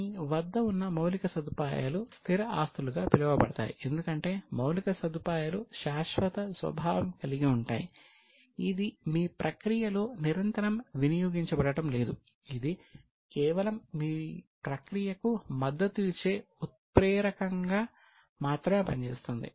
మీ వద్ద ఉన్న మౌలిక సదుపాయాలు స్థిర ఆస్తులుగా పిలువబడతాయి ఎందుకంటే మౌలిక సదుపాయాలు శాశ్వత స్వభావం కలిగి ఉంటాయి ఇది మీ ప్రక్రియలో నిరంతరం వినియోగించబడటం లేదు ఇది కేవలం మీ ప్రక్రియకు మద్దతు ఇచ్చే ఉత్ప్రేరకంగా మాత్రమే పనిచేస్తుంది